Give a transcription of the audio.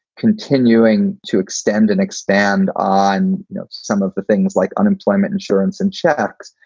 continuing to extend and expand on some of the things like unemployment insurance and checks.